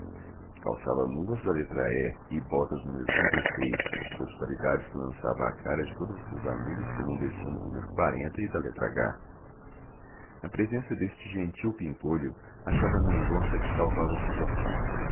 calçava luvas da letra e e botas no duas qualidades que lançava à cara de todos os seus amigos que não desciam do no e da letra h a presença deste gentil pimpolho achava mendonça que salvava a situação